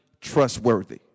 trustworthy